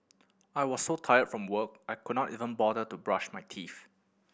I was so tired from work I could not even bother to brush my teeth